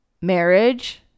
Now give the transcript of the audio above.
marriage